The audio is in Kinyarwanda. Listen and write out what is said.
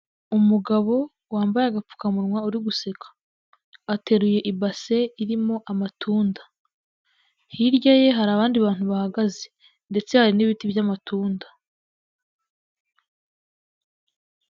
Umugabo wambaye agapfukamunwa uri guseka ateruye base irimo amatunda, hirya ye hari abandi bantu bahagaze ndetse hari n'ibiti by'amatunda.